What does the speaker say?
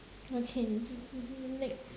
okay next